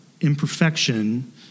Imperfection